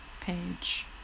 page